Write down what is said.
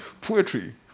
Poetry